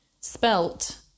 spelt